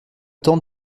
temps